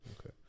Okay